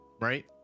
right